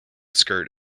skirt